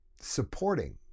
supporting